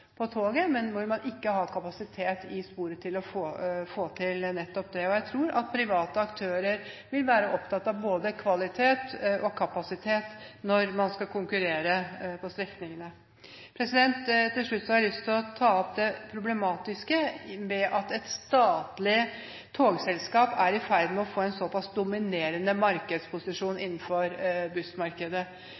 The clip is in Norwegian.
på toget til Kongsvinger at man besvimte. Hvis det var slik, var det ganske mange strekninger der man burde ha satt inn mer togkapasitet, men man har ikke kapasitet i sporet til det. Jeg tror at private aktører vil være opptatt av både kvalitet og kapasitet når man skal konkurrere på strekningene. Til slutt har jeg lyst til å ta opp det problematiske med at et statlig togselskap er i ferd med å få en såpass dominerende